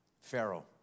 Pharaoh